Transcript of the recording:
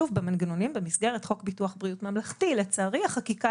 שוב במנגנונים במסגרת חוק פיתוח בריאות ממלכתי לצערי החקיקה